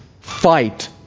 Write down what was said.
fight